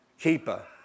keeper